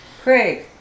Craig